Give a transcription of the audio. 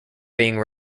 being